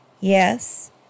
Yes